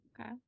Okay